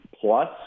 plus